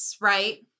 right